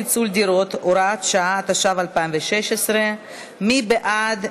פיצול דירות) (הוראת שעה), התשע"ו 2016. מי בעד?